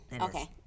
okay